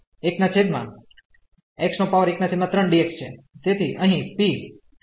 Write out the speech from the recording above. તેથી અહીં p power એ ઓછો છે